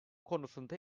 konusunda